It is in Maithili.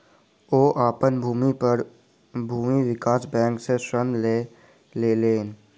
ओ अपन भूमि पर भूमि विकास बैंक सॅ ऋण लय लेलैन